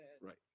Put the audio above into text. Right